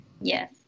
Yes